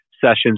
sessions